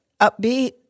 upbeat